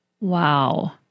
Wow